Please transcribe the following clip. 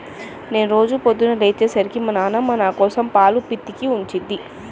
నేను రోజూ పొద్దన్నే లేచే సరికి మా నాన్నమ్మ నాకోసం పాలు పితికి ఉంచుద్ది